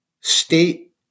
state